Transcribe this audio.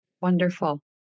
Wonderful